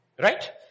right